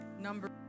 Number